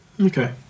okay